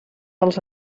els